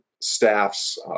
staffs